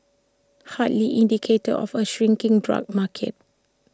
hardly indicators of A shrinking drug market